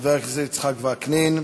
חבר הכנסת יצחק וקנין,